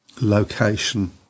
location